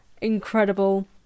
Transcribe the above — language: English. incredible